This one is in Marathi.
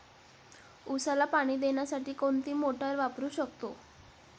उसाला पाणी देण्यासाठी कोणती मोटार वापरू शकतो?